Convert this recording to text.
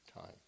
time